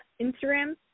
Instagram